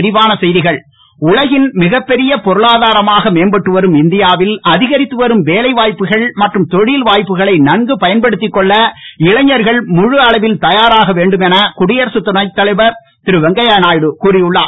வெங்கையநாயுடு உலகின் மிகப் பெரிய பொருளாதாரமாக மேம்பட்டு வரும் இந்தியாவில் அதிகரித்து வரும் வேலை வாய்ப்புகள் மற்றும் தொழில் வாய்ப்புகளை நன்கு பயன்படுத்திக் கொள்ள இனைஞர்கள் முழு அளவில் தயாராக வேண்டும் என குடியரசு துணைத் தலைவர் திரு வெங்கையநாயுடு கூறி உள்ளார்